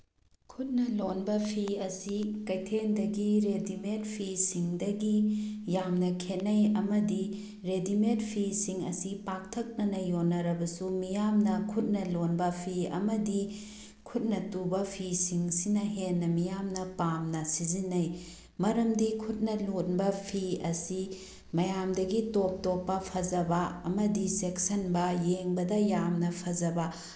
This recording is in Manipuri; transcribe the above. ꯈꯨꯠꯅ ꯂꯣꯟꯕ ꯐꯤ ꯑꯁꯤ ꯀꯩꯊꯦꯟꯗꯒꯤ ꯔꯦꯗꯤꯃꯦꯗ ꯐꯤꯁꯤꯡꯗꯒꯤ ꯌꯥꯝꯅ ꯈꯦꯅꯩ ꯑꯃꯗꯤ ꯔꯦꯗꯤꯃꯦꯗ ꯐꯤꯁꯤꯡ ꯑꯁꯤ ꯄꯥꯛꯇꯛꯅꯅ ꯌꯣꯟꯅꯔꯕꯁꯨ ꯃꯤꯌꯥꯝꯅ ꯈꯨꯠꯅ ꯂꯣꯟꯕ ꯐꯤ ꯑꯃꯗꯤ ꯈꯨꯠꯅ ꯇꯨꯕ ꯐꯤꯁꯤꯡꯁꯤꯅ ꯍꯦꯟꯅ ꯃꯤꯌꯥꯝꯅ ꯄꯥꯝꯅ ꯁꯤꯖꯤꯟꯅꯩ ꯃꯔꯝꯗꯤ ꯈꯨꯠꯅ ꯂꯣꯟꯕ ꯐꯤ ꯑꯁꯤ ꯃꯌꯥꯝꯗꯒꯤ ꯇꯣꯞ ꯇꯣꯞꯄ ꯐꯖꯕ ꯑꯃꯗꯤ ꯆꯦꯛꯁꯤꯟꯕ ꯌꯦꯡꯕꯗ ꯌꯥꯝꯅ ꯐꯖꯕ